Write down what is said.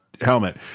Helmet